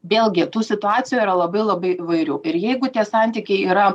vėlgi tų situacijų yra labai labai įvairių ir jeigu tie santykiai yra